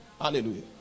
Hallelujah